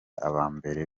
abambari